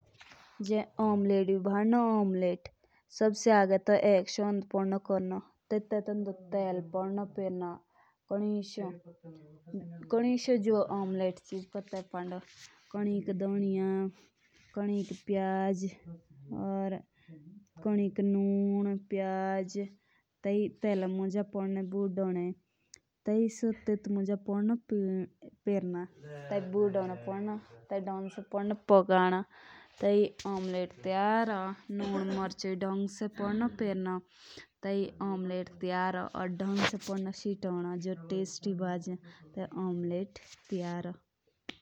जे omelette भी भानो तो सबसे उम्र तो एक शोंड लो तो टेंडो टेल पेरनो कोनिकशो या टेंडो कोनिक जिरो धोनीया टेटके बैड बटी फतो या टेंडो पर देओ। या टेटके बैड कोनिक ओकनो देओ या टेटके बैड ऑमलेट तया होन।